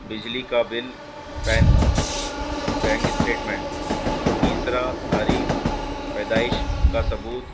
بجلی کا bill PAN bank statement تیسرا تاریخ پیدائش کا ثبوت